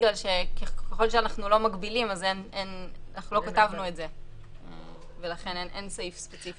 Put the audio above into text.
בגלל שככל שאנחנו לא מגבילים אז לא כתבנו את זה ולכן אין סעיף ספציפי.